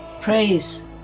praise